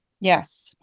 Yes